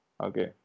Okay